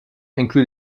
inclut